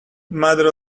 mother